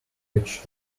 hatch